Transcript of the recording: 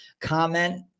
Comment